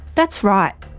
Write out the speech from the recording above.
that's right.